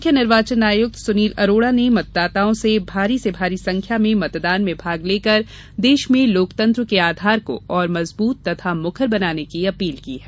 मुख्य निर्वाचन आयुक्तर सुनील अरोड़ा ने मतदाताओं से भारी से भारी संख्या में मतदान में भाग लेकर देश में लोकतंत्र के आधार को और मजबूत तथा मुखर बनाने की अपील की है